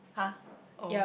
!huh! oh